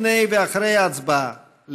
לפני ואחרי ההצבעה,